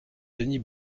denis